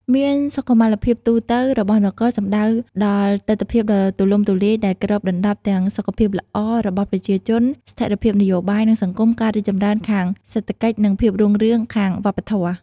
មានសុខុមាលភាពទូទៅរបស់នគរ សំដៅដល់ទិដ្ឋភាពដ៏ទូលំទូលាយដែលគ្របដណ្តប់ទាំងសុខភាពល្អរបស់ប្រជាជន ស្ថិរភាពនយោបាយ និងសង្គម ការរីកចម្រើនខាងសេដ្ឋកិច្ច និងភាពរុងរឿងខាងវប្បធម៌។